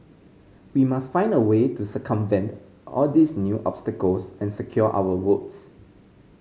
we must find a way to circumvent all these new obstacles and secure our votes